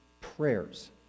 prayers